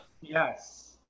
yes